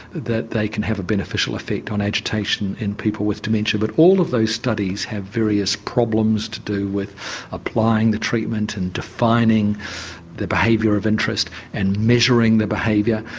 that they can have a beneficial effect on agitation in people with dementia. but all of those studies have various problems to do with applying the treatment and defining the behaviour of interest and measuring the behaviour.